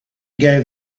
gave